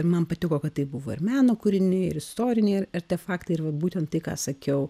man patiko kad tai buvo ir meno kūriniai ir istoriniai artefaktai ir va būtent tai ką sakiau